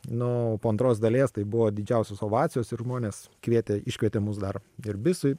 nu po antros dalies tai buvo didžiausios ovacijos ir žmonės kvietė iškvietė mus dar ir bisui